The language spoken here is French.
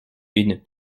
une